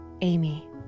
Amy